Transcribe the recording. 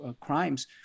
Crimes